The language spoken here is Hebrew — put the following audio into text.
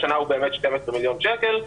השנה הוא באמת 12 מיליון שקלים.